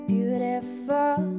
Beautiful